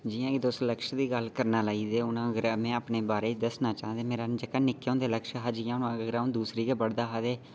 जि'यां केह् तुस लक्ष दी गल्ल करने लाई ते हून अगर में अपने बारै दस्सना चाह्ं जेह्का निक्के होंदे लक्ष हा जि'यां अ'ऊं दूसरी गै पढ़दा ते